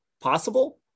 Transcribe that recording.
possible